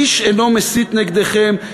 איש אינו מסית נגדכם,